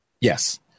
Yes